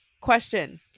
question